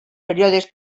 períodes